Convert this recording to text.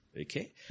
Okay